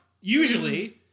usually